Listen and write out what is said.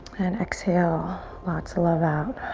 and exhale lots of love out